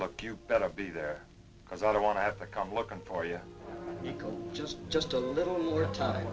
look you better be there because i don't want to have to come looking for you just just a little more time